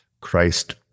Christ